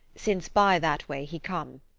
since by that way he come.